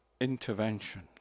intervention